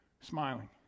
smiling